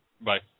Bye